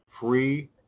free